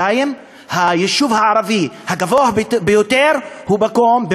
היישוב הערבי המדורג הכי גבוה הוא מעיליא שבגליל המערבי,